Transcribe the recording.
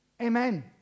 Amen